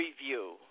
review